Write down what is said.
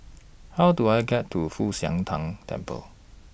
How Do I get to Fu Xi Tang Temple